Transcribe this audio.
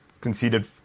conceded